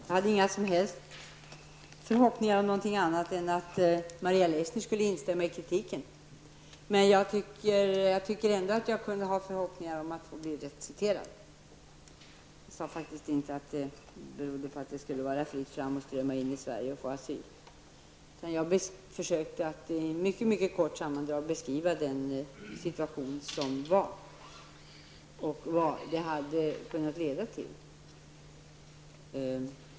Fru talman! Jag hade ingen som helst förhoppning om någonting annat än att Maria Leissner skulle instämma i kritiken. Däremot tycker jag att jag borde kunna ha förhoppning om att bli riktigt citerad. Jag sade faktiskt inte att det skulle vara fritt fram att strömma in i Sverige och få asyl, utan jag försökte i mycket kort sammandrag beskriva den situation som rådde och vad den hade kunnat leda till.